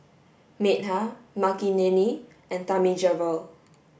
Medha Makineni and Thamizhavel